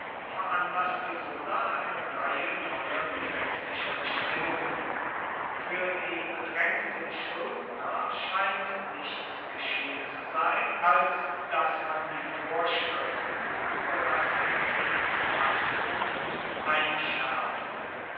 veranlaßte sulla eine reihe neuer gesetzlicher bestimmungen für die bedrängten schuldner scheint nichts geschehen zu sein als daß man die vorschriften über das